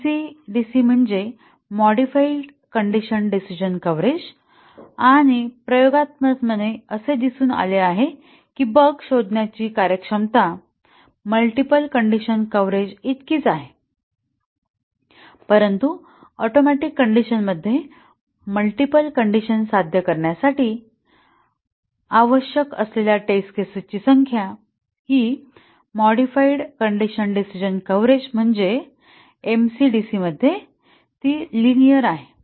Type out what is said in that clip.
MC DC म्हणजे modified condition decision coverage आणि प्रयोगात्मकपणे असे दिसून आले आहे की बग शोधण्याची कार्यक्षमता मल्टिपल कण्डिशन कव्हरेज इतकीच आहे परंतु ऍटोमिक कण्डिशन मध्ये मल्टिपल कण्डिशन साध्य करण्यासाठी आवश्यक असलेल्या टेस्ट केसेस ची संख्या ही मॉडिफाइड कण्डिशन डिसिजणं कव्हरेज म्हणजे एमसी डीसी मध्ये लिनियर आहे